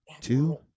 Two